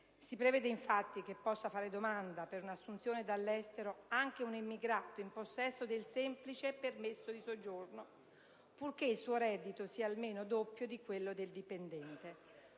Si prevede infatti che possa fare domanda per un'assunzione dall'estero anche un immigrato in possesso del semplice permesso di soggiorno, purché il suo reddito sia almeno doppio di quello del dipendente.